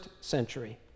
century